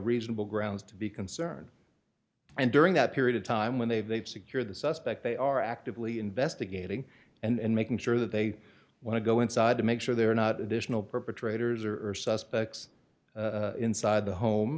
reasonable grounds to be concerned and during that period of time when they've they've secured the suspect they are actively investigating and making sure that they want to go inside to make sure they are not additional perpetrators or are suspects inside the home